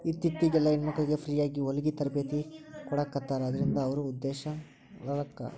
ಇತ್ತಿತ್ಲಾಗೆಲ್ಲಾ ಹೆಣ್ಮಕ್ಳಿಗೆ ಫ್ರೇಯಾಗಿ ಹೊಲ್ಗಿ ತರ್ಬೇತಿ ಕೊಡಾಖತ್ತಾರ ಅದ್ರಿಂದ ಅವ್ರು ಉದಂಶೇಲರಾಕ್ಕಾರ